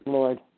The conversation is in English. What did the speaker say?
Lord